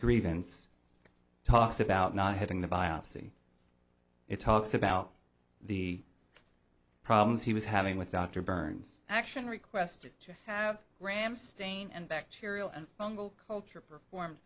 grievance talks about not having the biopsy it talks about the problems he was having with dr burns action requested to have rammstein and bacterial and fungal culture performed